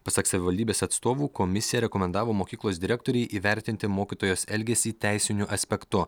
pasak savivaldybės atstovų komisija rekomendavo mokyklos direktorei įvertinti mokytojos elgesį teisiniu aspektu